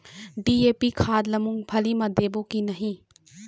DAP खाद P मुंगफली मे देबो की नहीं?